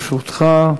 לרשותך.